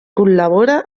col·labora